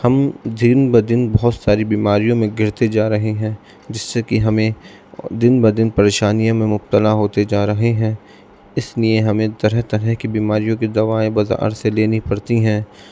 ہم دن بہ دن بہت ساری بیماریوں میں گھرتے جا رہے ہیں جس سے کہ ہمیں دن بہ دن پریشانیوں میں مبتلا ہوتے جا رہے ہیں اس لیے ہمیں طرح طرح کی بیماریوں کی دوائیں بازار سے لینی پڑتی ہیں